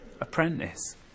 Apprentice